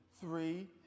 three